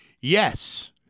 Yes